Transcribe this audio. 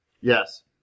Yes